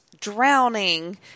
drowning